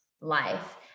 life